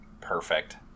Perfect